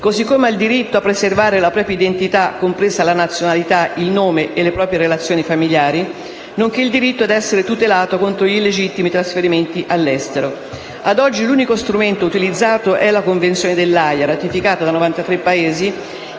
così come al diritto di preservare la propria identità, compresa la nazionalità, il nome e le proprie relazioni familiari, nonché il diritto di essere tutelato contro illegittimi trasferimenti all'estero. Ad oggi l'unico strumento utilizzato è la Convenzione dell'Aja, ratificata da 93 Paesi.